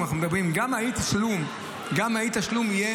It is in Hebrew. אז הצעת החוק הזו רלוונטית גם למצב ההוא.